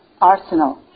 arsenal